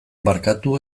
barkatu